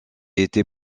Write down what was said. été